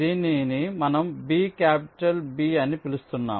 దీనిని మనం B capital B అని పిలుస్తున్నాము